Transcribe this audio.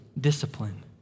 discipline